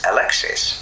Alexis